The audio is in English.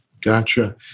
gotcha